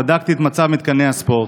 ובדקתי את מצב מתקני הספורט,